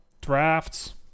Drafts